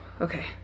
okay